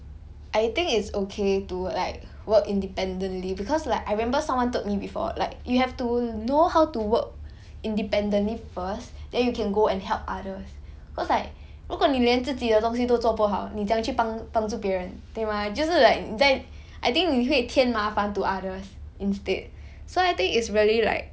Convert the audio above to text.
I think it's okay to like work independently because like I remember someone told me before like you have to know how to work independently first then you can go and help others cause like 如果你连自己的东西都做不好你怎样去帮帮助别人对吗就是 like 你在 I think 你会添麻烦 to others instead so I think it's really like